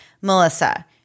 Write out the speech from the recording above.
melissa